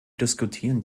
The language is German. diskutieren